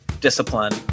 discipline